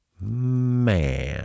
Man